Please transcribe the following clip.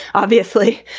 obviously,